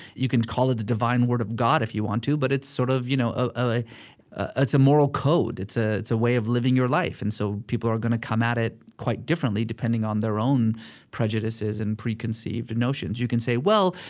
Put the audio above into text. you can call it the divine word of god, if you want to, but it's sort of you know a way of ah it's a moral code. it's ah it's a way of living your life. and so people are going to come at it quite differently, depending on their own prejudices and preconceived notions you can say, well,